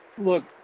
look